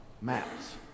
maps